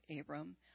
Abram